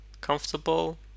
comfortable